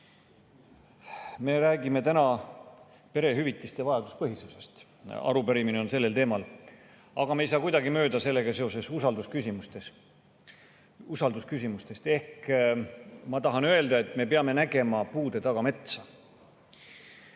Me räägime täna perehüvitiste vajaduspõhisusest, arupärimine on sellel teemal, aga me ei saa sellega seoses kuidagi mööda usaldusküsimustest. Ehk ma tahan öelda, et me peame nägema puude taga metsa.